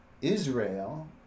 Israel